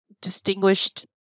distinguished